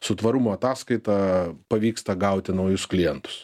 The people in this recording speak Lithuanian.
su tvarumo ataskaita pavyksta gauti naujus klientus